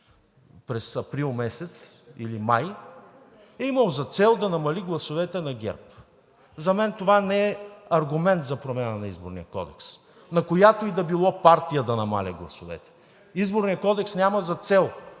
през април месец, или май, имал за цел да намали гласовете на ГЕРБ. За мен това не е аргумент за промяна на Изборния кодекс на която и да била партия да намалява гласовете. Изборният кодекс няма за цел